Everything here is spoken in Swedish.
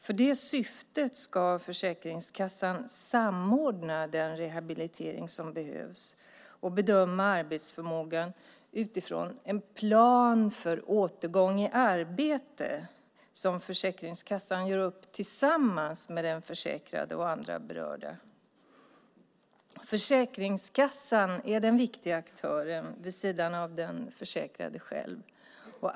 För det syftet ska Försäkringskassan samordna den rehabilitering som behövs och bedöma arbetsförmågan utifrån en plan för återgång i arbete som Försäkringskassan gör upp tillsammans med den försäkrade och andra berörda. Försäkringskassan är den viktiga aktören vid sidan av den försäkrade själv.